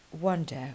wonder